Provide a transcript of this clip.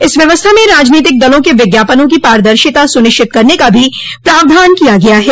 इस व्यवस्था में राजनोतिक दलों के विज्ञापनों की पारदर्शिता सुनिश्चित करने का भी प्रावधान किया गया है